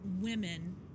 women